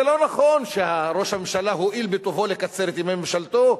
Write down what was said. זה לא נכון שראש הממשלה הואיל בטובו לקצר את ימי ממשלתו,